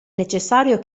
necessario